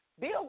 Bill